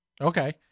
Okay